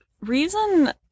reason